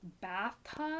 bathtub